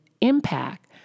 impact